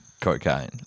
cocaine